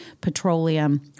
petroleum